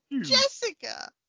Jessica